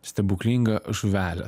stebuklinga žuvele